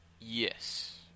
Yes